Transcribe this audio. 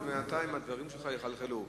ובינתיים הדברים שלך יחלחלו.